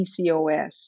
PCOS